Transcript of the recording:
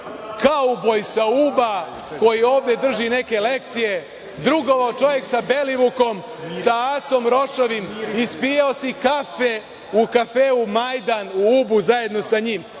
kauboj sa Uba koji ovde drži neke lekcije. Drugovao čovek sa Belivukom, sa Acom Rošavim i ispijao si kafe u kafeu "Majdan" u Ubu zajedno sa njim.